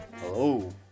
hello